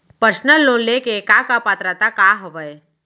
Personal loan ले के का का पात्रता का हवय?